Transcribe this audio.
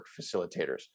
facilitators